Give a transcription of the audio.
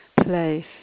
place